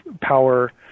power